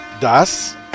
Das